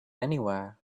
anywhere